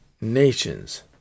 nations